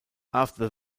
after